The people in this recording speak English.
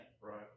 Right